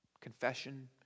Confession